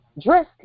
dress